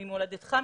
ממולדתך,